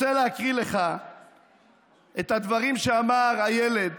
רוצה להקריא לך את הדברים שאמר הילד